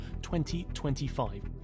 2025